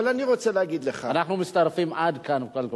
אבל אני רוצה להגיד לך, אנחנו מצטרפים עד כאן.